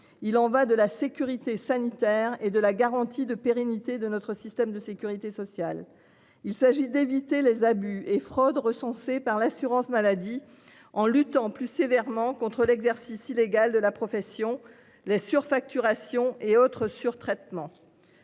Il en va de la sécurité sanitaire et de la garantie de pérennité de notre système de sécurité sociale. Il s'agit d'éviter les abus et fraudes recensées par l'assurance maladie en luttant plus sévèrement contre l'exercice illégal de la profession les surfacturations et autres sur traitement.